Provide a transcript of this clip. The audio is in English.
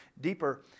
deeper